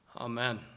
Amen